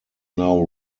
now